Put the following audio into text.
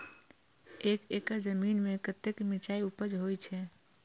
एक एकड़ जमीन में कतेक मिरचाय उपज होई छै?